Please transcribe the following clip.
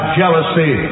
jealousy